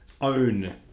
own